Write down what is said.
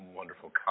wonderful